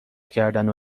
کردنو